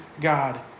God